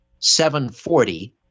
740